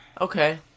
Okay